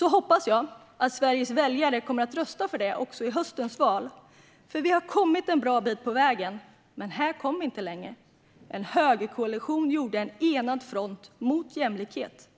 Jag hoppas att Sveriges väljare också kommer att rösta för det i höstens val, för vi har kommit en bra bit på väg. Men här kom vi inte längre eftersom en högerkoalition gjorde enad front mot jämlikhet.